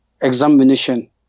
Examination